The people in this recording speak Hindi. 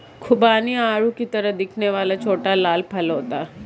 खुबानी आड़ू की तरह दिखने वाला छोटा लाल फल होता है